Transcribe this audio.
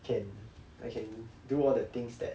can I can do all the things that